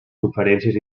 conferències